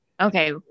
Okay